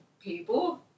people